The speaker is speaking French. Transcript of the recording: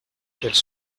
qu’elle